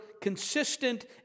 consistent